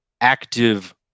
active